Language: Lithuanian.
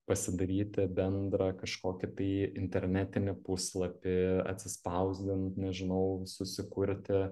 pasidaryti bendrą kažkokį tai internetinį puslapį atsispausdint nežinau susikurti